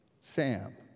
Sam